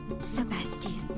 Sebastian